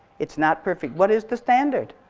it's not perfect. what is the standard?